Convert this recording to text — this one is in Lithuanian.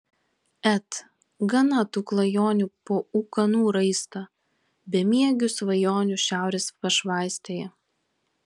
et gana tų klajonių po ūkanų raistą bemiegių svajonių šiaurės pašvaistėje